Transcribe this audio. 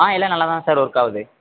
ஆ எல்லாம் நல்லா தான் சார் ஒர்க்காகுது